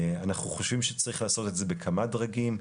אנחנו חושבים שצריך לעשות את זה בכמה דרגים,